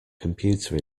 computer